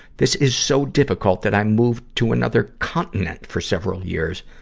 this is so difficult, that i moved to another continent for several years,